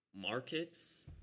markets